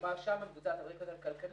שם מדובר על רקע כלכלי,